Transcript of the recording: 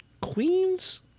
Queens